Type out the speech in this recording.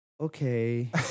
okay